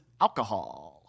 alcohol